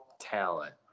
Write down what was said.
talent